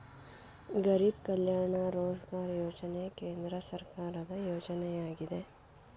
ಗರಿಬ್ ಕಲ್ಯಾಣ ರೋಜ್ಗಾರ್ ಯೋಜನೆ ಕೇಂದ್ರ ಸರ್ಕಾರದ ಯೋಜನೆಯಾಗಿದೆ